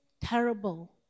terrible